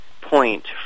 point